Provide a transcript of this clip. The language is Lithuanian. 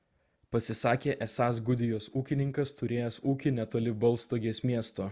pasisakė esąs gudijos ūkininkas turėjęs ūkį netoli baltstogės miesto